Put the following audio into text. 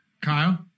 kyle